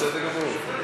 בסדר גמור.